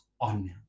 on